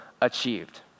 achieved